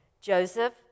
Joseph